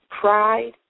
Pride